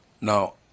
Now